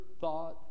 thought